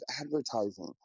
advertising